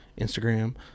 Instagram